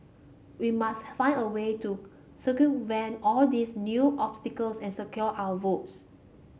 we must find a way to circumvent all these new obstacles and secure our votes